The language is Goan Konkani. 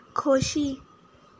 खोशी